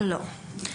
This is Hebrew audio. לא.